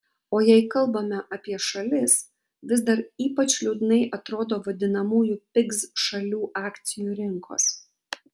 o jei kalbame apie šalis vis dar ypač liūdnai atrodo vadinamųjų pigs šalių akcijų rinkos